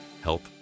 Help